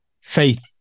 faith